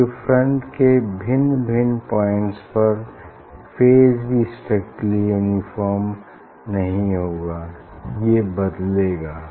wave front के भिन्न भिन्न पॉइंट्स पर फेज भी स्ट्रिक्टली यूनिफार्म नहीं होगा ये बदलेगा